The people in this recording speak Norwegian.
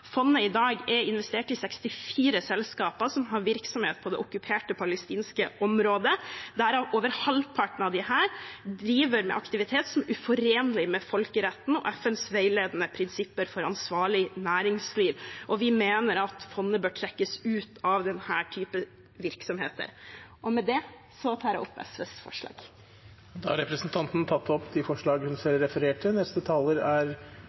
fondet i dag er investert i 64 selskaper som har virksomhet på det okkuperte palestinske området, hvorav over halvparten driver med aktivitet som er uforenlig med folkeretten og FNs veiledende prinsipper for ansvarlig næringsliv. Vi mener at fondet bør trekkes ut av denne typen virksomheter. Med det tar jeg opp forslagene nr. 5–8, fra SV, Miljøpartiet De